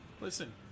listen